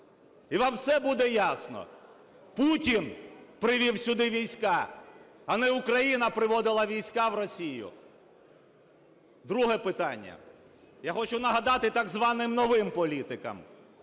і вам все буде ясно. Путін привів сюди війська, а не Україна приводила війська в Росію. Друге питання. Я хочу нагадати так званим новим політикам,